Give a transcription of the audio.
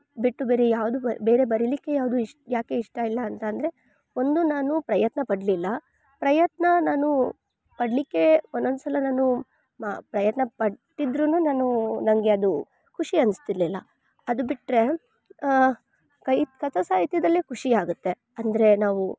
ಬಿಟ್ಟು ಬೇರೆ ಯಾವುದು ಬ ಬೇರೆ ಬರೀಲಿಕ್ಕೆ ಯಾವುದು ಇಶ್ ಯಾಕೆ ಇಷ್ಟ ಇಲ್ಲ ಅಂತಂದರೆ ಒಂದು ನಾನು ಪ್ರಯತ್ನ ಪಡಲಿಲ್ಲ ಪ್ರಯತ್ನ ನಾನು ಪಡಲಿಕ್ಕೆ ಒನೊಂದ್ಸಲ ನಾನು ಮ ಪ್ರಯತ್ನ ಪಟ್ಟಿದ್ರೂ ನಾನು ನಂಗೆ ಅದೂ ಖುಷಿ ಅನಿಸ್ತಿರ್ಲಿಲ್ಲ ಅದು ಬಿಟ್ಟರೆ ಕೈ ಕಥಾ ಸಾಹಿತ್ಯದಲ್ಲೆ ಖುಷಿಯಾಗತ್ತೆ ಅಂದರೆ ನಾವು